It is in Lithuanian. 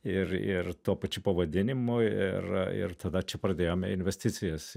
ir ir tuo pačiu pavadinimu ir ir tada čia pradėjome investicijas